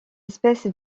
espèce